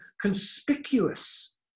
conspicuous